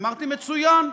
אמרתי, מצוין.